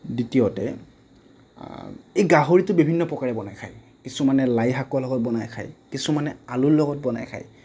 দ্বিতীয়তে এই গাহৰিটো বিভিন্ন প্ৰকাৰে বনাই খায় কিছুমানে লাই শাকৰ লগত বনাই খায় কিছুমানে আলুৰ লগত বনাই খায়